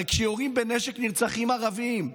הרי כשיורים בנשק נרצחים ערבים.